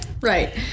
Right